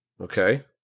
Okay